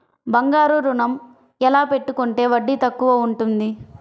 బంగారు ఋణం ఎలా పెట్టుకుంటే వడ్డీ తక్కువ ఉంటుంది?